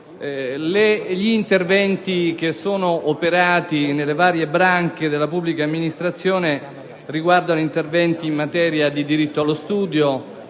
Gli interventi operati nelle varie branche della pubblica amministrazione riguardano la materia del diritto allo studio,